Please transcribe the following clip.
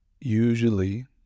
usually